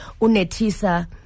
Unetisa